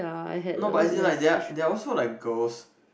no but as in like they are they are also like girls